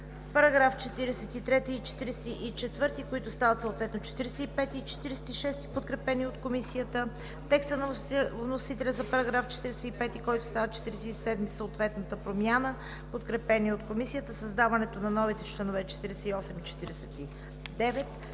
параграфи 43 и 44, които стават съответно параграфи 45 и 46, подкрепени от Комисията; текста на вносителя за § 45, който става § 47 със съответната промяна, подкрепени от Комисията; създаването на новите членове 48 и 49;